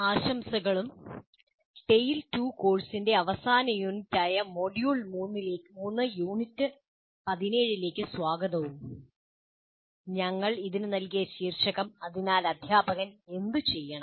ആശംസകളും TALE 2 കോഴ്സിന്റെ അവസാന യൂണിറ്റായ മൊഡ്യൂൾ 3 യൂണിറ്റ് 17 ലേക്ക് സ്വാഗതവും ഞങ്ങൾ ഇതിന് നൽകിയ ശീർഷകം "അതിനാൽ അധ്യാപകൻ എന്തു ചെയ്യണം